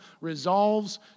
resolves